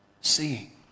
seeing